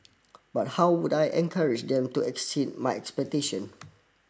but how would I encourage them to exceed my expectation